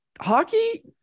hockey